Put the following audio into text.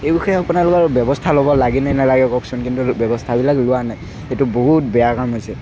এই বিষয়ে আপোনালোকে ব্যবস্থা ল'ব লাগেনে নালাগে কওকচোন কিন্তু ব্যৱস্থাবিলাক লোৱা নাই এইটো বহুত বেয়া কাম হৈছে